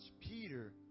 Peter